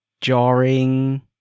jarring